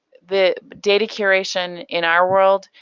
the data curation in our world,